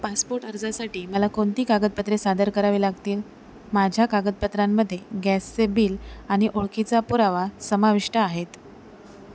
passport अर्जासाटी मला कोणती कागदपत्रे सादर करावे लागतील माझ्या कागदपत्रांमध्ये गॅसचे बिल आणि ओळखीचा पुरावा समाविष्ट आहेत